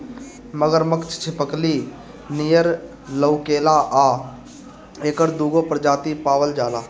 मगरमच्छ छिपकली नियर लउकेला आ एकर दूगो प्रजाति पावल जाला